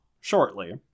shortly